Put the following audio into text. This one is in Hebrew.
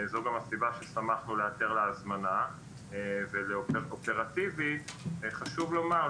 זו גם הסיבה ששמחנו להיעתר להזמנה ואופרטיבית חשוב לומר,